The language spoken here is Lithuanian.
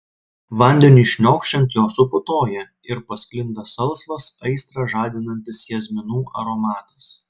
vandeniui šniokščiant jos suputoja ir pasklinda salsvas aistrą žadinantis jazminų aromatas